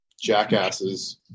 jackasses